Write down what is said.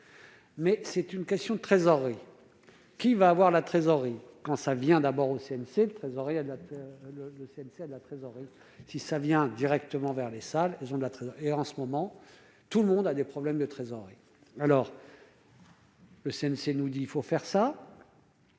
Mais c'est une question de trésorerie qui va avoir la trésorerie quand ça vient d'abord au CNC, le trésorier le le CNC, la trésorerie si ça vient directement vers les salles de la et en ce moment tout le monde a des problèmes de trésorerie alors. Le CNC nous dit il faut faire ça.